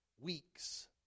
weeks